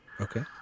okay